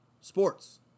sports